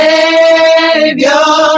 Savior